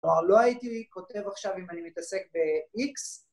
כלומר, לא הייתי כותב עכשיו אם אני מתעסק ב-X.